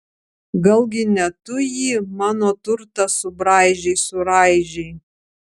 galgi ne tu jį mano turtą subraižei suraižei